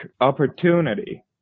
opportunity